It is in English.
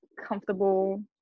comfortable